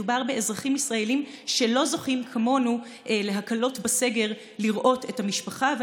מדובר באזרחים ישראלים שלא זוכים כמונו להקלות בסגר ולראות את המשפחה.